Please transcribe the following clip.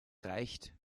reicht